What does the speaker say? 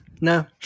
no